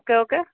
okay okay